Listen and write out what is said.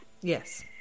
Yes